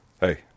Hey